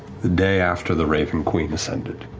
the day after the raven queen ascended,